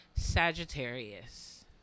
Sagittarius